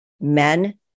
men